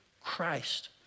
Christ